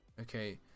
Okay